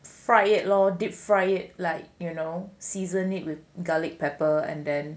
fry it loh deep fry it like you know season it with garlic pepper and then